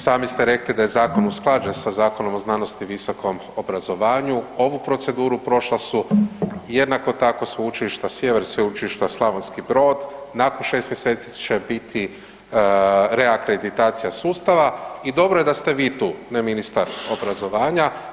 Sami ste rekli da je zakon usklađen sa Zakonom o znanosti i visokom obrazovanju, ovu proceduru prošla su jednako tako Sveučilišta Sjever, Sveučilišta Slavonski Brod, nakon 6 mjeseci će biti reakreditacija sustava i dobro je da ste vi tu, ne ministar obrazovanja.